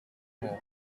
more